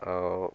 ଆଉ